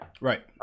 Right